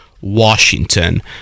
Washington